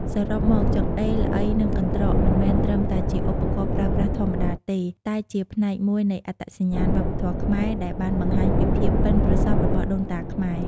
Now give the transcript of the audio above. សរុបមក ចង្អេរ ល្អី និងកន្រ្តក មិនមែនត្រឹមតែជាឧបករណ៍ប្រើប្រាស់ធម្មតាទេ តែជាផ្នែកមួយនៃអត្តសញ្ញាណវប្បធម៌ខ្មែរ ដែលបានបង្ហាញពីភាពប៉ិនប្រសប់របស់ដូនតាខ្មែរ។